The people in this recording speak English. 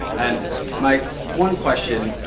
and my one question,